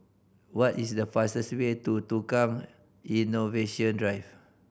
what is the fastest way to Tukang Innovation Drive